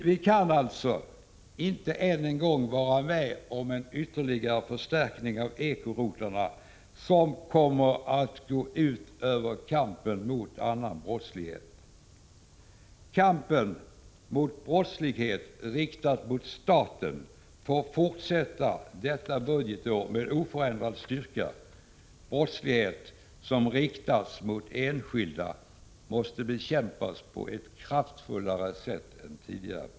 Vi kan alltså inte än en gång vara med om en förstärkning av ekorotlarna, som kommer att gå ut över kampen mot annan brottslighet. Kampen mot brottslighet riktad mot staten får fortsätta detta budgetår med oförminskad styrka. Brottslighet riktad mot enskilda måste bekämpas på ett kraftfullare sätt än tidigare.